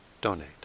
donate